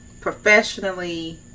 professionally